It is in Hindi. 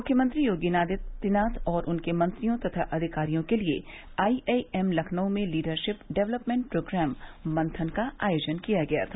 मुख्यमंत्री योगी आदित्यनाथ और उनके मंत्रियों तथा अधिकारियों के लिए आईआईएम लखनऊ में लीडरशिप डेवलपमेन्ट प्रोग्राम मन्थन का आयोजन किया गया था